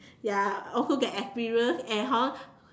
ya also get experience and hor